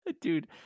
dude